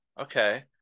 okay